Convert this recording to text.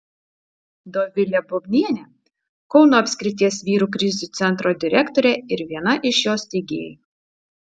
dovilė bubnienė kauno apskrities vyrų krizių centro direktorė ir viena iš jo steigėjų